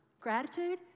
gratitude